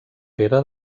pere